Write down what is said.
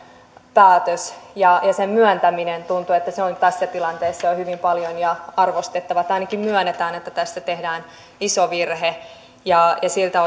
päätös ja tuntuu että on tässä tilanteessa jo hyvin paljon ja arvostettavaa että ainakin myönnetään että tässä tehdään iso virhe ja siltä